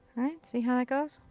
right. see how that goes?